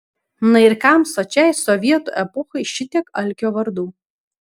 na ir kam sočiai sovietų epochai šitiek alkio vardų